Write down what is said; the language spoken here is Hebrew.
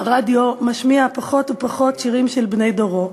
הרדיו משמיע פחות ופחות שירים של בני דורו,